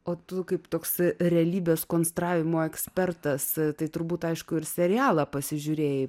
o tu kaip toks realybės konstravimo ekspertas tai turbūt aišku ir serialą pasižiūrėjai